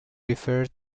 referred